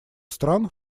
стран